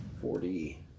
forty